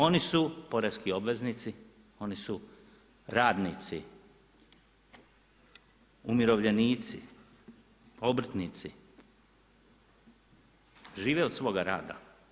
Oni su porezni obveznici, oni su radnici, umirovljenici, obrtnici, žive od svoga rada.